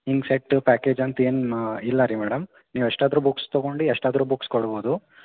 ಹಿಂಗ್ set package ಅಂತ ಏನೂ ಇಲ್ಲ ರೀ ಮೇಡಮ್ ನೀವು ಎಷ್ಟಾದರು ಬುಕ್ಸ್ ತೊಗೊಂಡು ಎಷ್ಟಾದರು ಬುಕ್ಸ್ ಕೊಡ್ಬೋದು